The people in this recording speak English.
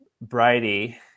Brady